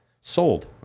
Sold